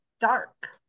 dark